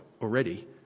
already